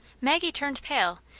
maggie turned pale,